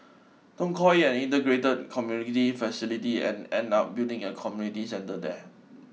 don't call it an integrated community facility and end up building a community centre there